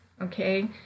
okay